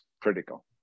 critical